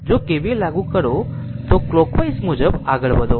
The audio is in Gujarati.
જો KVL લાગુ કરો તો કલોકવાઈઝ મુજબ આગળ વધો